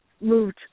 moved